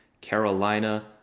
carolina